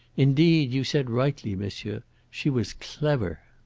indeed, you said rightly, monsieur she was clever.